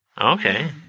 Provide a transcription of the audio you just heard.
Okay